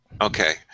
Okay